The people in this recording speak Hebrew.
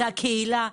זו הקהילה,